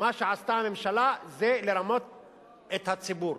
מה שעשתה הממשלה זה לרמות את הציבור.